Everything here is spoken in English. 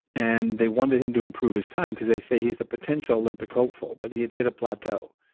and they wanted him to improve his time because they say he's the potential olympic hopeful but he had hit a plateau.